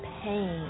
pain